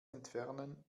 entfernen